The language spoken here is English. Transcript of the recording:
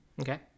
Okay